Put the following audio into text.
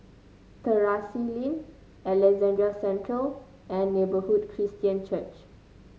Terrasse Lane Alexandra Central and Neighbourhood Christian Church